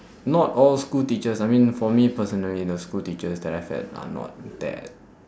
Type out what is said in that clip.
not all school teachers I mean for me personally the school teachers that I've had are not that